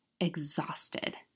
exhausted